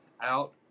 out